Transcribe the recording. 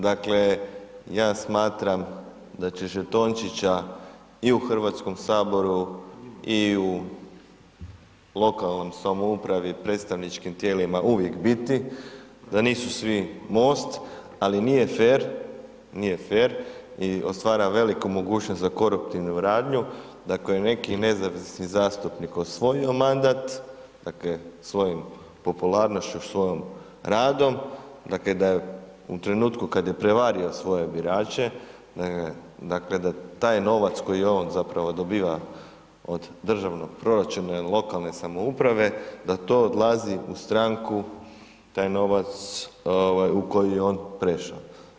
Dakle ja smatram da će žetončića i u Hrvatskom saboru i u lokalnoj samoupravi i predstavničkim tijelima uvijek biti, da nisu svi MOST ali nije fer i otvara veliku mogućnost za koruptivnu radnju, dakle neki nezavisni zastupnik koji je osvojio mandat, dakle svojom popularnošću, svojim radom, dakle da je u trenutku kad je prevario svoje birače dakle da taj novac koji on zapravo dobiva od državnog proračuna ili lokalne samouprave, da to odlazi u stranku taj novac u koji je on prešao.